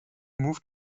move